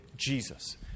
Jesus